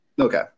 Okay